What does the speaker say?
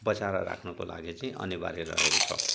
बँचाएर राख्नको लागि चाहिँ अनिवार्य रहेको छ